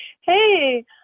Hey